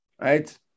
right